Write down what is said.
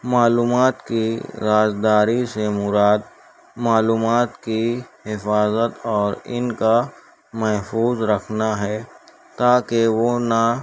معلومات کی رازداری سے مراد معلومات کی حفاظت اور ان کا محفوظ رکھنا ہے تاکہ وہ نہ